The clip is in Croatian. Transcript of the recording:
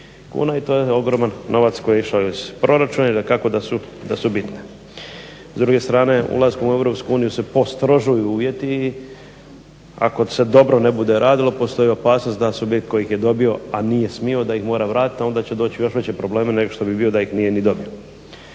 kuna i to je ogroman novac koji išao iz proračuna i dakako sa su bitne. S druge strane ulaskom u EU se postrožuju uvjeti i ako se dobro ne bude radilo postoji opasnost da subjekt koji ih je dobio, a nije smio da ih mora vratiti a onda će doći u još veće probleme nego što bi bio da ih nije ni dobio.